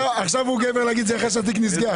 עכשיו יש לו אומץ להגיד את זה, אחרי שהתיק נסגר.